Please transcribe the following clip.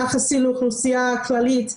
יחסית לאוכלוסייה הכללית.